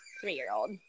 three-year-old